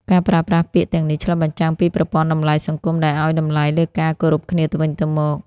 ការប្រើប្រាស់ពាក្យទាំងនេះឆ្លុះបញ្ចាំងពីប្រព័ន្ធតម្លៃសង្គមដែលឲ្យតម្លៃលើការគោរពគ្នាទៅវិញទៅមក។